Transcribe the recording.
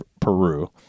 Peru